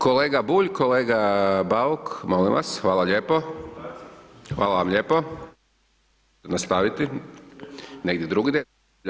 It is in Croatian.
kolega Bulj, kolega Bauk, molim vas hvala lijepo, hvala vam lijepo, nastaviti negdje drugdje.